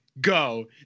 go